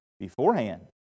Beforehand